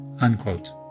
unquote